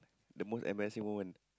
the most embarrassing moment